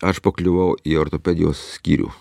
aš pakliuvau į ortopedijos skyrių